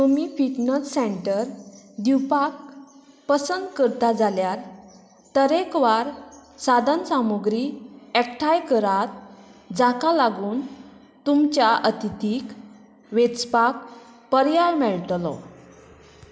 तुमी fitness centre दिवपाक पसंत करता जाल्यार तरेकवार साधनसामुग्री एकठांय करात जाका लागून तुमच्या अतिथीक वेंचपाक पर्याय मेळटलो